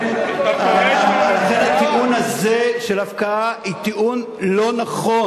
לכן הטיעון הזה של הפקעה הוא טיעון לא נכון.